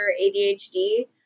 ADHD